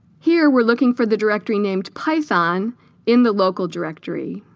here we're looking for the directory named python in the local directory